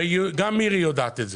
גם מירי יודעת את זה.